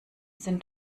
sind